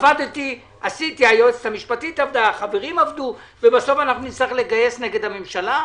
צוות הוועדה והחברים עבדו ובסוף נצטרך לגייס נגד הממשלה?